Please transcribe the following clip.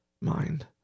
mind